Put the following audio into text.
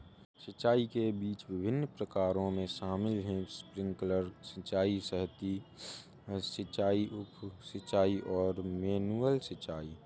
सिंचाई के विभिन्न प्रकारों में शामिल है स्प्रिंकलर सिंचाई, सतही सिंचाई, उप सिंचाई और मैनुअल सिंचाई